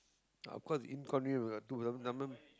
of course inconvenient we got two I mean